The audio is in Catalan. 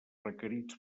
requerits